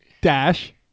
dash